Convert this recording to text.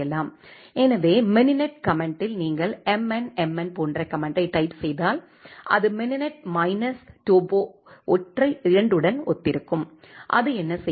எனவே மினினெட் கமெண்ட்டில் நீங்கள் mn mn போன்ற கமெண்ட்டை டைப் செய்தால் அது மினினட் மைனஸ் டோபோ ஒற்றை 2 உடன் ஒத்திருக்கும் அது என்ன செய்யும்